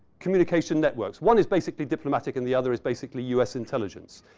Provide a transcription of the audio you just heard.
communication networks. one is basically diplomatic and the other is basically us intelligence.